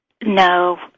No